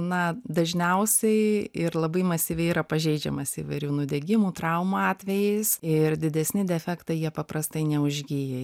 na dažniausiai ir labai masyviai yra pažeidžiamas įvairių nudegimų traumų atvejais ir didesni defektai jie paprastai neužgyja